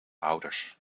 ouders